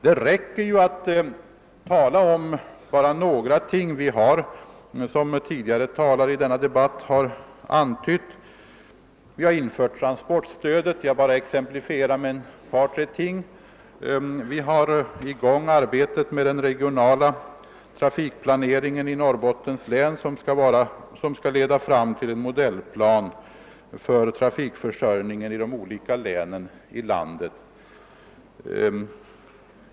Det räcker att nämna bara ett par tre exempel. Som tidigare talare i denna debatt redan har antytt har vi infört transportstöd. Arbetet är i gång med den regionala trafikplaneringen i Norrbottens län, vilken skall utgöra grunden för en modellplan för trafikförsörjningen i de olika länen i landet.